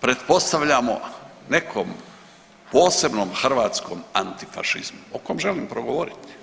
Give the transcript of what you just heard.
pretpostavljamo nekom posebnom hrvatskom antifašizmu o kom želim progovoriti.